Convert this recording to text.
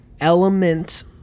element